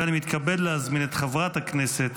אני מתכבד להזמין את חברת הכנסת